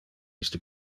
iste